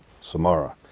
Samara